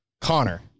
Connor